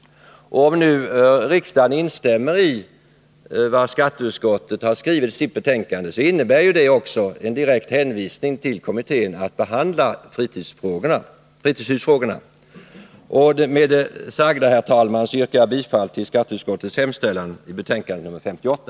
Om nu riksdagen instämmer i vad skatteutskottet har skrivit i sitt betänkande, innebär det ju också en direkt anvisning till kommittén att ta upp fritidshusfrågorna till behandling. Med det sagda, herr talman, yrkar jag bifall till skatteutskottets hemställan i betänkande 58.